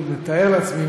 אני מתאר לעצמי,